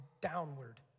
downward